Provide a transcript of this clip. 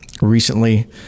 recently